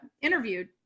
interviewed